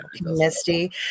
Misty